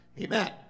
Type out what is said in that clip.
Amen